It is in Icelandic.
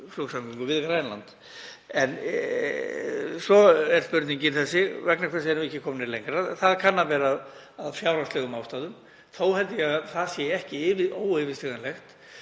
flugsamgöngum okkar við Grænland. En svo er spurningin þessi: Vegna hvers erum við ekki komin lengra? Það kann að vera af fjárhagslegum ástæðum. Þó held ég að það sé ekki yfir óyfirstíganlegt